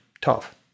Tough